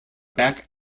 back